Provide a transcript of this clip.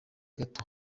gato